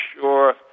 sure